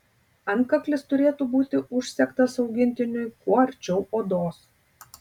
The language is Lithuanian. antkaklis turėtų būti užsegtas augintiniui kuo arčiau odos